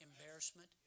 embarrassment